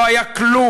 לא היה כלום.